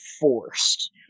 forced